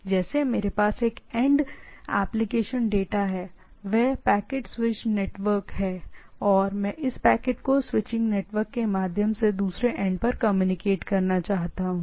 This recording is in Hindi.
तो जैसे मेरे पास एक एंड से एप्लीकेशन डेटा है वह पैकेट स्विचड नेटवर्क है और मैं इस पैकेट स्विचिंग नेटवर्क के माध्यम से दूसरे एंड पर कम्युनिकेशन करना चाहता हूं